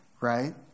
Right